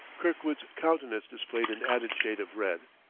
kirkwood's countenance displayed an added shade of red.